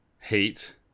Heat